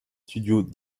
studios